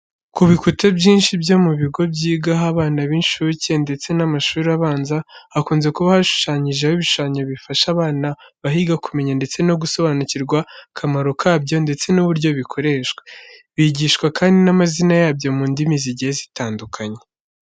Ku bikuta byinshi byo mu bigo byigaho abana b'inshuke ndetse n'amashuri abanza, hakunze kuba hashushanyijeho ibishushanyo bifasha abana bahiga kumenya ndetse no gusobanukirwa akamaro kabyo ndetse n'uburyo bikoreshwa. Bigishwa kandi n'amazina yabyo mu ndimi zigiye zitandukanye.